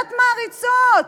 מקהלת המעריצות.